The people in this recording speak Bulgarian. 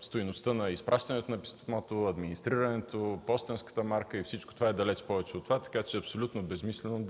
стойността на изпращането на писмото, администрирането, пощенската марка и всичко това е далеч повече от тази сума, така че е абсолютно безсмислено